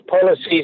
policies